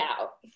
out